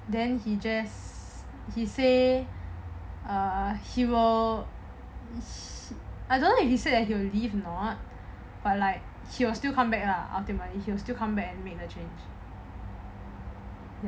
then he just he say err he will I don't know if he said that he will leave not but like he was still come back ah ultimately he will still come back and make the change